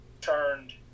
turned